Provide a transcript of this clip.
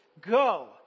go